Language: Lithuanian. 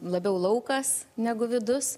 labiau laukas negu vidus